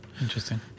Interesting